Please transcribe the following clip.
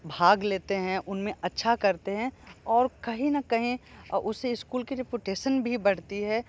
भाग लेते हैं उनमें अच्छा करते हैं और कहीं न कहीं उससे स्कूल की रिपुटेशन भी बढ़ती है